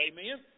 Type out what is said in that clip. Amen